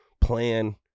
plan